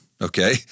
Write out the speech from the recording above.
Okay